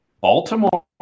Baltimore